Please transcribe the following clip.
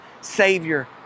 Savior